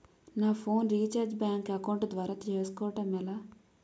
నా phone recharge bank account ద్వారా చేసుకోవటం ఎలా?